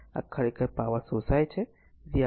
તેથી આ ખરેખર પાવર શોષાય છે